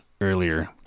earlier